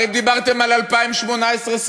הרי דיברתם על 2018,